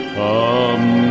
come